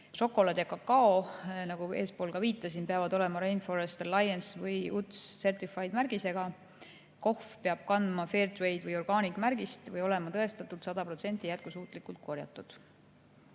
Šokolaad ja kakao, nagu eespool viitasin, peavad olema Rainforest Alliance'i või UTZ Certifiedi märgisega. Kohv peab kandma Fairtrade'i või Organicu märgist või olema tõestatult sada protsenti jätkusuutlikult korjatud.